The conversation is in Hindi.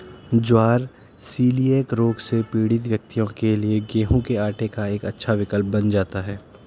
ज्वार सीलिएक रोग से पीड़ित व्यक्तियों के लिए गेहूं के आटे का एक अच्छा विकल्प बन जाता है